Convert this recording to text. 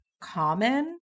common